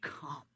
come